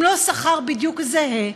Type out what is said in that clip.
אם לא שכר בדיוק זהה,